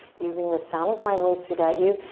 using the sound of my voice to guide you.